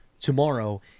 tomorrow